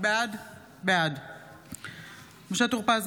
בעד משה טור פז,